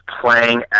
playing